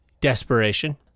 Desperation